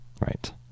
Right